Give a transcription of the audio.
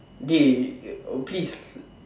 dey please